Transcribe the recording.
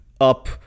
up